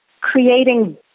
creating